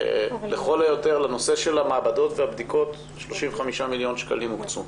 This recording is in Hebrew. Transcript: לנושא של המעבדות והבדיקות הוקצו 35 מיליון שקלים.